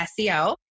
SEO